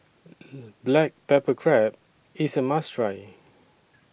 Black Pepper Crab IS A must Try